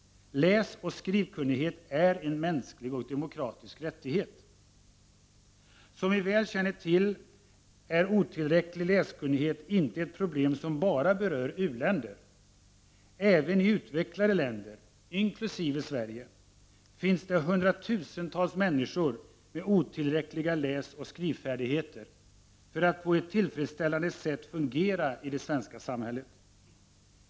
Läsoch skrivkunnighet är en mänsklig och demokratisk rättighet. Som vi väl känner till är otillräcklig läskunnighet inte ett problem som bara berör u-länder. Även i utvecklade länder —t.ex. Sverige - finns det hundratusentals människor med otillräckliga läsoch skrivfärdigheter för att på ett tillfredsställande sätt fungera i det svenska samhället.